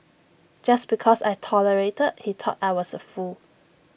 just because I tolerated he thought I was A fool